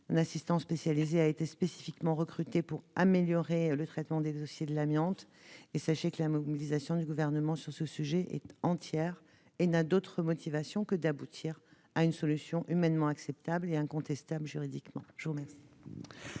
Un assistant spécialisé a d'ailleurs été spécifiquement recruté pour améliorer le traitement des dossiers de l'amiante. Je vous affirme que la mobilisation du Gouvernement sur ce sujet est entière et n'a d'autre motivation que d'aboutir à une solution humainement acceptable et juridiquement